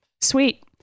sweet